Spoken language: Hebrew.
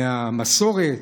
מהמסורת,